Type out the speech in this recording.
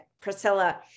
Priscilla